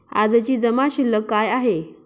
आजची जमा शिल्लक काय आहे?